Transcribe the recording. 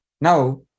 now